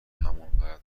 همانقدر